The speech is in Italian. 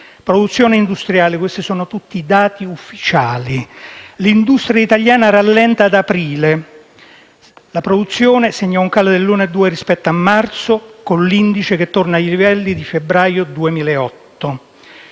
produzione industriale - questi sono tutti dati ufficiali - l'industria italiana rallenta ad aprile: la produzione segna un calo dell'1,2 rispetto a marzo, con l'indice che torna ai livelli di febbraio 2008.